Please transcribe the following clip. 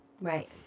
Right